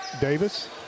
Davis